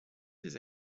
des